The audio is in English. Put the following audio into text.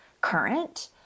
current